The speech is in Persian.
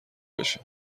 بشه